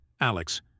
Alex